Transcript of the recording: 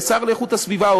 כשר להגנת הסביבה,